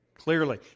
Clearly